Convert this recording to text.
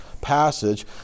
passage